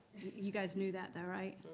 you guys knew that though, right?